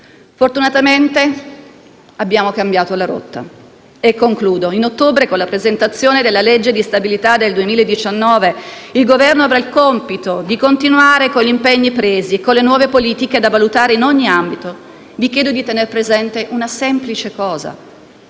Fortunatamente abbiamo cambiato la rotta. Concludo. In ottobre, con la presentazione della legge di bilancio per il 2019, il Governo avrà il compito di continuare con gli impegni presi e con le nuove politiche da valutare in ogni ambito. Vi chiedo di tener presente una semplice cosa: